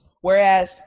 whereas